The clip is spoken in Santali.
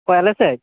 ᱟᱞᱮᱥᱮᱫ